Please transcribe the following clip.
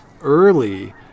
early